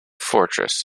fortress